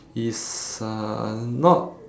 it's uh not